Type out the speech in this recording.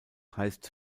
heißt